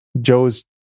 Joe's